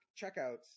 checkouts